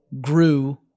grew